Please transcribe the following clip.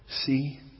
See